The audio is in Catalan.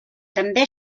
també